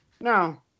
No